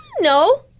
No